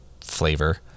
flavor